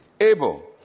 able